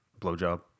blowjob